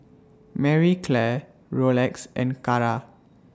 Marie Claire Rolex and Kara